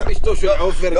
גם אשתו של עופר,